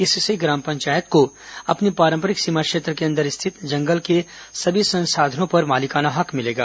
इससे ग्राम पंचायत को अपनी पारम्परिक सीमा क्षेत्र के अंदर स्थित जंगल के सभी संसाधनों पर मालिकाना हक मिलेगा